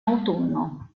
autunno